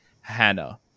Hannah